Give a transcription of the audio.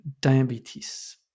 diabetes